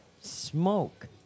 smoke